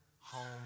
home